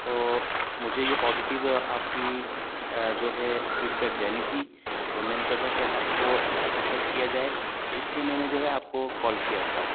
تو مجھے یہ پازیٹو آپ کی جو ہے فیڈبیک دینی تھی تو میں نے سوچا کہ آپ کو ایپریشئیٹ کیا جائے تو اِس لئے میں نے جو ہے آپ کو کال کیا تھا